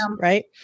right